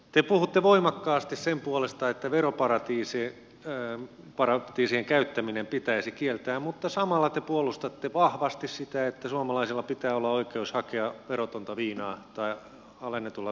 te puhutte voimakkaasti sen puolesta että veroparatiisien käyttäminen pitäisi kieltää mutta samalla te puolustatte vahvasti sitä että suomalaisilla pitää olla oikeus hakea alennetulla verokannalla viinaa virosta